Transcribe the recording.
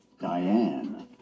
Diane